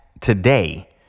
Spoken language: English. today